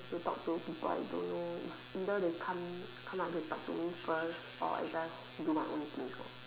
to talk to people I don't know is either they come come up and talk to me first or I just do my own things hor